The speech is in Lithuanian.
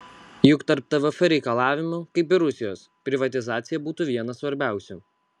juk tarp tvf reikalavimų kaip ir rusijos privatizacija būtų vienas svarbiausių